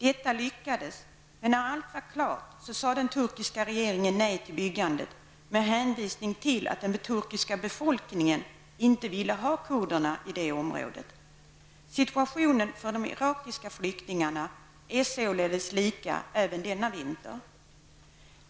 Detta lyckades, men när allt var klart sade den turkiska regeringen nej till byggandet med hänvisning till att den turkiska befolkningen inte ville ha kurderna i det området. Situationen för de irakiska flyktingarna är således lika svår även denna vinter.